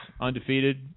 Undefeated